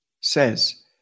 says